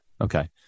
Okay